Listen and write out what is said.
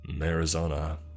Arizona